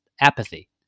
apathy